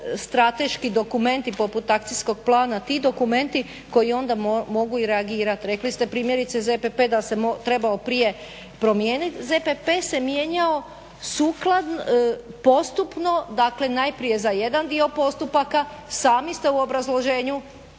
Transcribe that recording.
podstrateški dokumenti poput akcijskog plana. Ti dokumenti koji onda mogu i reagirat. Rekli ste primjerice ZPP da se trebao prije promijeniti. ZPP se mijenjao postupno, dakle najprije za jedan dio postupaka. Sami ste u obrazloženju